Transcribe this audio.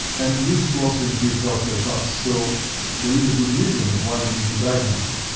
and leads to also increased healthcare costs. so there is good reason of why we need to diagnose it.